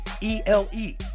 E-L-E